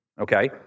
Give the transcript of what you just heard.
okay